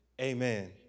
amen